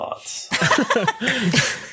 thoughts